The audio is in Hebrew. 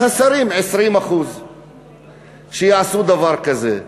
אז מהשרים 20%. שיעשו דבר כזה.